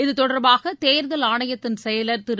இது தொடர்பாக தேர்தல் ஆணையத்தின் செயலர் திரு